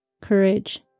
courage